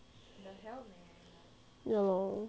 ya lor